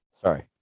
sorry